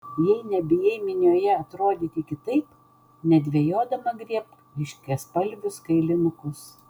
jei nebijai minioje atrodyti kitaip nedvejodama griebk ryškiaspalvius kailinukus